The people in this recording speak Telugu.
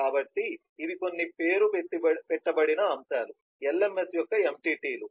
కాబట్టి ఇవి కొన్ని పేరు పెట్టబడిన అంశాలు LMS యొక్క ఎంటిటీలు